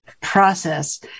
process